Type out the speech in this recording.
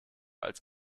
als